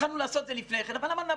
התחלנו לעשות את זה לפני כן אבל אמרנו,